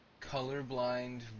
colorblind